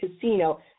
casino